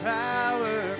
power